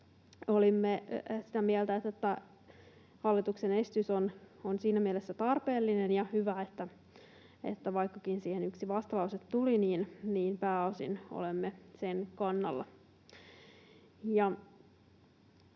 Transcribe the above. olimme sitä mieltä, että hallituksen esitys on siinä mielessä tarpeellinen ja hyvä, ja vaikkakin siihen yksi vastalause tuli, niin pääosin olemme sen kannalla.